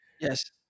Yes